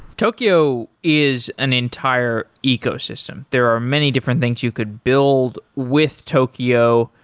tokio is an entire ecosystem. there are many different things you could build with tokio,